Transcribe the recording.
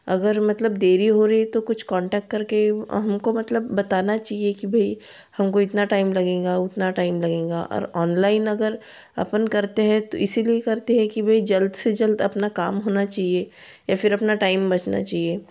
अगर मतलब देरी हो रही तो कुछ कांटेक्ट करके हमको मतलब बताना चाहिए कि भई हमको इतना टाइम लगेगा उतना टाइम लगेगा और ऑनलाइन अगर अपन करते हैं तो इसीलिए करते हैं कि भई जल्द से जल्द अपना काम होना चाहिए या फिर अपना टाइम बचना चाहिए